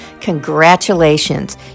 Congratulations